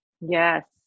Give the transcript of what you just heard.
Yes